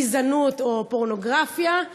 גזענות ופורנוגרפיה.